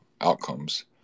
outcomes